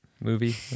movie